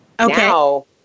Okay